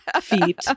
feet